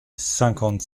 cinquante